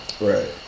right